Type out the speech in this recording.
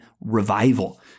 revival